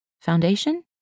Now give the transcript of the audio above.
Foundation